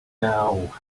now